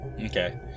Okay